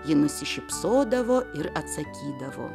ji nusišypsodavo ir atsakydavo